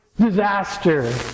disaster